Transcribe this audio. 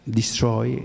destroy